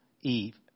Eve